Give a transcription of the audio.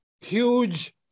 Huge